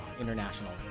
international